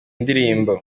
ndirimbo